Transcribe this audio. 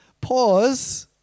Pause